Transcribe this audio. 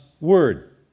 word